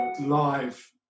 live